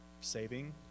saving